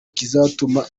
kizatuma